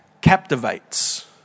captivates